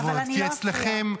כי אצלכם,